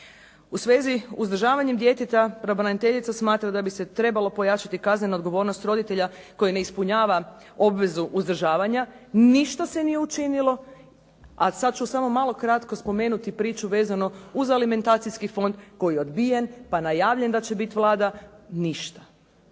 U svezi uzdržavanja djeteta pravobraniteljica smatra da bi se trebalo pojačati kaznenu odgovornost roditelja koji ne ispunjava obvezu uzdržavanja. Ništa se nije učinilo, a sad ću samo malo kratko spomenuti priču vezano uz alimentacijski fond koji je odbijen, pa najavljen da će biti, Vlada ništa.